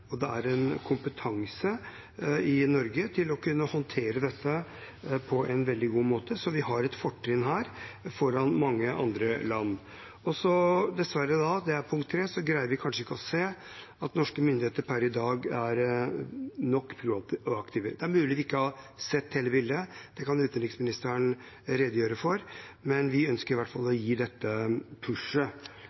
en kompetanse i Norge for å kunne håndtere dette på en veldig god måte. Vi har et fortrinn her foran mange andre land. Den tredje grunnen er at vi dessverre ikke greier å se at norske myndigheter per i dag er proaktive nok. Det er mulig vi ikke har sett hele bildet – det kan utenriksministeren redegjøre for – men vi ønsker i hvert fall å gi dette